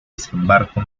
desembarco